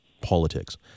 politics